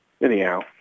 Anyhow